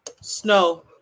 Snow